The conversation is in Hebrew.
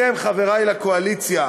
אתם, חברי לקואליציה,